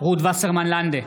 רות וסרמן לנדה,